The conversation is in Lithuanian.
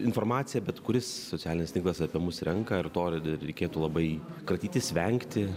informaciją bet kuris socialinis tinklas apie mus renka ir to reikėtų labai kratytis vengti